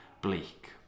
bleak